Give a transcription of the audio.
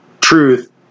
truth